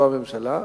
לא הממשלה.